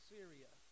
Syria